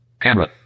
camera